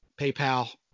PayPal